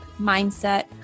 mindset